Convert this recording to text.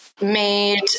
Made